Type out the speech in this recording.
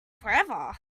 forever